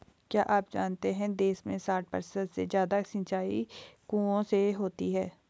क्या आप जानते है देश में साठ प्रतिशत से ज़्यादा सिंचाई कुओं से होती है?